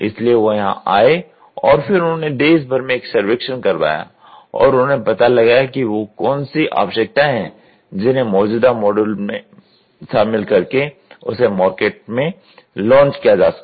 इसलिए वो यहां आए और फिर उन्होंने देश भर में एक सर्वेक्षण करवाया और उन्होंने पता लगाया कि वो कौनसी आवश्यकताएं हैं जिन्हें मौजूदा मॉडल में शामिल करके उसे मार्केट में लॉन्च किया जा सके